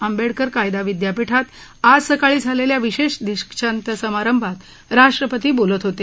आंबेडकर कायदा विद्यापीठात आज सकाळी झालेल्या विशेष दीक्षान्त समारंभात राष्ट्रपती बोलत होते